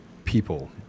people